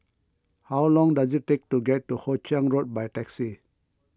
how long does it take to get to Hoe Chiang Road by taxi